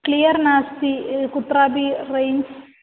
clear नास्ति कुत्रापि range